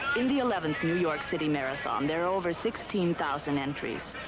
in the eleventh new york city marathon, there are over sixteen thousand entries.